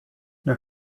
now